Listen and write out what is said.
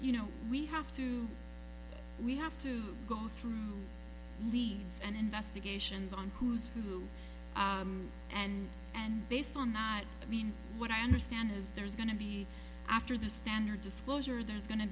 you know we have to we have to go through leaves and investigations on who's who and and based on not i mean what i understand is there's going to be after the standard disclosure there's go